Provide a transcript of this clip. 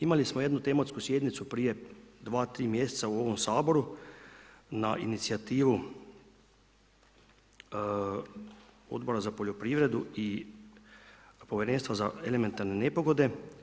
Imali smo jednu tematsku sjednicu prije 2, 3 mjeseca u ovom Saboru na inicijativu Odbora za poljoprivredu i Povjerenstva za elementarne nepogode.